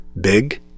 Big